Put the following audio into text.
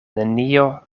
nenio